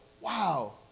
Wow